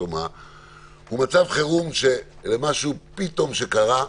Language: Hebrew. הוא מצב חירום בעקבות משהו שפתאום קרה,